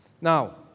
Now